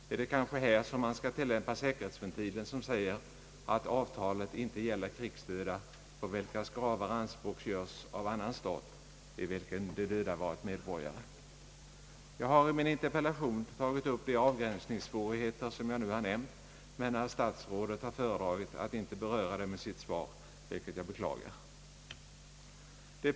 är det kanske här som man skall tillämpa säkerhetsventilen som säger att avtalet inte gäller krigsdöda på vilkas gravar anspråk görs av en annan stat i vilken de döda har varit medborgare? Jag har i min interpellation tagit upp de avgränsningssvårigheter som jag nu har nämnt, men herr statsrådet har föredragit att inte beröra dem i sitt svar, vilket jag beklagar.